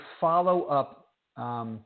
follow-up